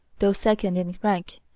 though second in rank,